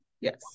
Yes